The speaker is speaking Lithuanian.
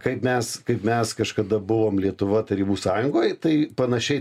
kaip mes kaip mes kažkada buvom lietuva tarybų sąjungoj tai panašiai